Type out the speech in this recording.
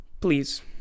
Please